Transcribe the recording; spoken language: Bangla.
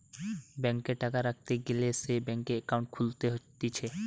ব্যাংকে টাকা রাখতে গ্যালে সে ব্যাংকে একাউন্ট খুলতে হতিছে